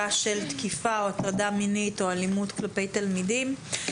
החשודים בעבירות מין ואלימות כלפי תלמידים.